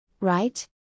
Right